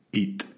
eat